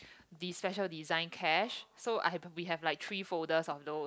the special design cash so I have we have like three folders of those